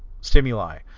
stimuli